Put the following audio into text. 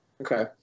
Okay